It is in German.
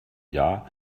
jahr